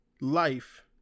life